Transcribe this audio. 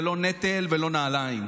זה לא נטל ולא נעליים,